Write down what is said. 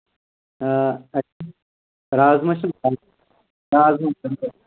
آ رازما چھِ رازما